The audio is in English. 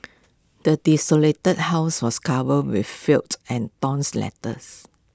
the desolated house was covered with felt and tons letters